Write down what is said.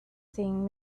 saying